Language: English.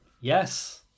Yes